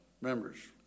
Members